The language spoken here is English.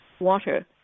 water